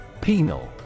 Penal